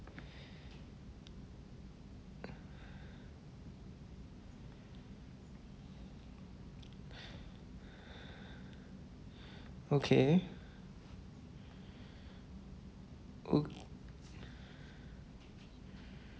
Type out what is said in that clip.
okay oh